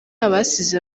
abasize